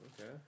Okay